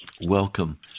Welcome